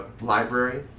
library